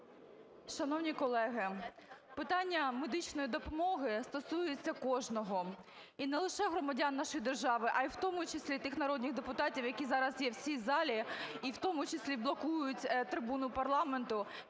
Шановні колеги! Питання медичної допомоги стосується кожного,ы і не лише громадян нашої держави, а і в тому числі тих народних депутатів, які зараз є в цій залі, і в тому числі блокують трибуну парламенту